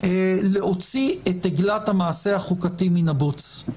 להוציא את עגלת המעשה החוקתי מן הבוץ.